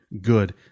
good